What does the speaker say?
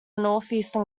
northeastern